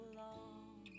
long